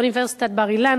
אוניברסיטת בר-אילן,